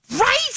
right